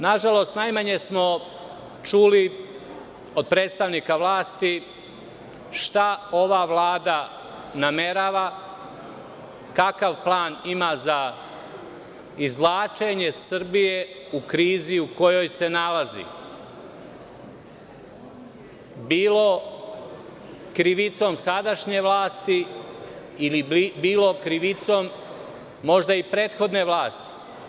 Nažalost, najmanje smo čuli od predstavnika vlasti šta ova vlada namerava, kakav plan ima za izvlačenje Srbije u krizi u kojoj se nalazi, bilo krivicom sadašnje vlasti, bilo krivicom možda i prethodne vlasti.